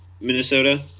Minnesota